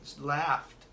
laughed